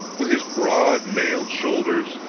with his broad mailed shoulders,